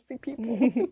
people